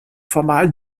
formal